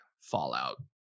Fallout